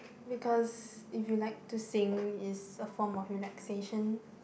because if you like to sing is a form of relaxation